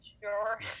Sure